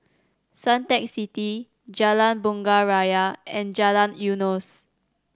Suntec City Jalan Bunga Raya and Jalan Eunos